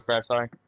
sorry